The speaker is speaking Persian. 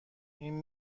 این